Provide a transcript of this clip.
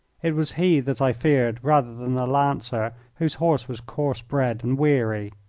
it was he that i feared rather than the lancer, whose horse was coarse-bred and weary.